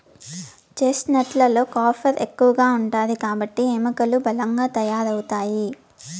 chestnut లలో copper ఎక్కువ ఉంటాది కాబట్టి ఎముకలు బలంగా తయారవుతాయి